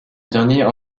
dernier